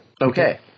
Okay